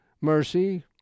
mercy